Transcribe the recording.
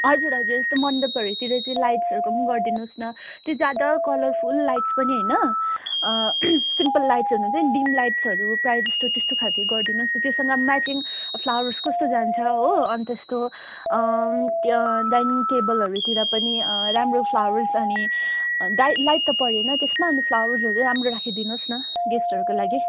हजुर हजुर यस्तो मन्डपहरूतिर चाहिँ लाइट्सहरूको पनि गरिदिनुहोस् न त्यो ज्यादा कलरफुल लाइट्स पनि होइन सिम्पल लाइट्सहरू हुन्छ डिम लाइट्सहरू प्राय जस्तो त्यस्तो खालको गरिदिनुहोस् न त्योसँग म्याचिङ फ्लावर्स कस्तो जान्छ हो अन्त त्यस्तो डाइनिङ टेबलहरूतिर पनि राम्रो फ्लावर्स अनि लाइट त परेन त्यसमा अनि फ्लावर्सहरू राम्रो राखिदिनुहोस् न गेस्टहरूको लागि